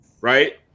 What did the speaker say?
right